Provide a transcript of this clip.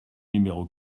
numéro